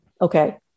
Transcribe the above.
Okay